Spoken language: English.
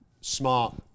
Smart